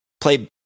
play